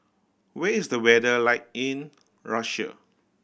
where is the weather like in Russia